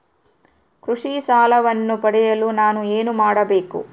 ಕೃಷಿ ಸಾಲವನ್ನು ಪಡೆಯಲು ನಾನು ಏನು ಮಾಡಬೇಕು?